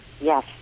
Yes